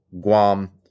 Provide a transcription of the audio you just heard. Guam